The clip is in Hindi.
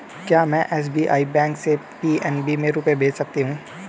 क्या में एस.बी.आई बैंक से पी.एन.बी में रुपये भेज सकती हूँ?